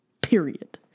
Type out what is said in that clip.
Period